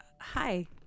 Hi